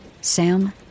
Sam